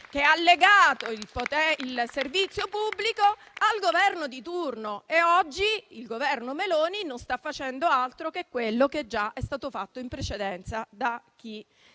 che ha legato il servizio pubblico al Governo di turno. Oggi, il Governo Meloni non sta facendo altro che quello che è già stato fatto da chi